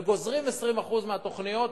וגוזרים 20% מהתוכניות,